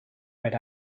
right